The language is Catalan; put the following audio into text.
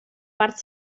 part